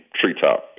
treetop